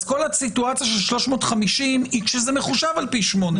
כל הסיטואציה של 350 היא כשזה מחושב על פי 8,